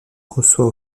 reçoit